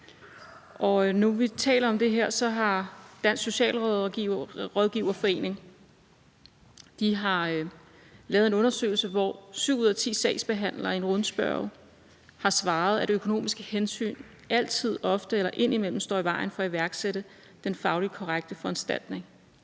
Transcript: nu vi taler om det her, har Dansk Socialrådgiverforening lavet en undersøgelse, hvor syv ud af ti sagsbehandlere i en rundspørge har svaret, at økonomiske hensyn altid, ofte eller indimellem står i vejen for at iværksætte den fagligt korrekte foranstaltning.